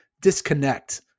disconnect